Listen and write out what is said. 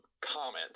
comment